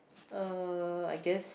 uh I guess